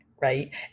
right